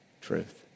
truth